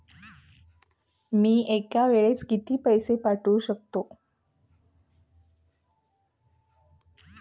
मी एका वेळेस किती पैसे पाठवू शकतो?